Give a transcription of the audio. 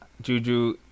Juju